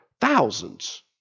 thousands